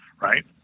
right